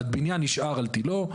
הבניין נשאר על תילו,